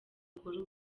akora